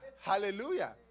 hallelujah